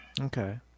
Okay